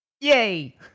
Yay